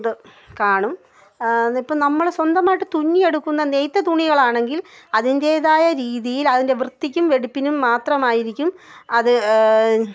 ഇത് കാണും ഇപ്പം നമ്മൾ സ്വന്തമായിട്ട് തുന്നിയെടുക്കുന്ന നെയ്ത്ത് തുണികളാണെങ്കിൽ അതിന്റേതായ രീതിയിൽ അതിൻ്റെ വൃത്തിക്കും വെടിപ്പിനും മാത്രമായിരിക്കും അത്